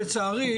לצערי,